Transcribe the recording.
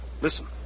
Listen